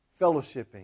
fellowshipping